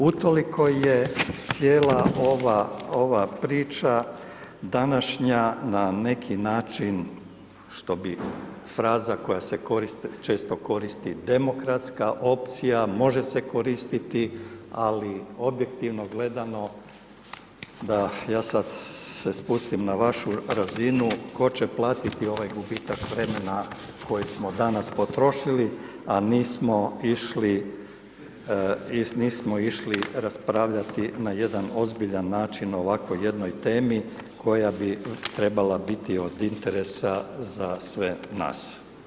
Utoliko je cijela ova, ova priča današnja na neki način, što bi fraza koja se koristi, često koristi, demokratska opcija, može se koristiti, ali objektivno gledano, da ja sad se spustim na vašu razinu, 'ko će platiti ovaj gubitak vremena koji smo danas potrošili, a nismo išli, nismo išli raspravljati na jedan ozbiljan način o ovakvoj jednoj temi koja bi trebala biti od interesa za sve nas.